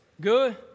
Good